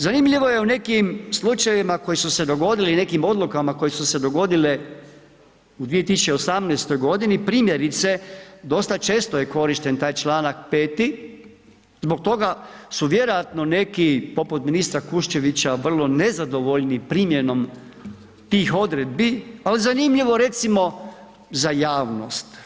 Zanimljivo je, u nekim slučajevima koji su se dogodili i nekim odlukama koje su se dogodile u 2018. godini, primjerice, dosta često je korišten taj članak 5. Zbog toga su vjerojatno neki, poput ministra Kuščevića vrlo nezadovoljni primjenom tih odredbi, ali zanimljivo, recimo, za javnost.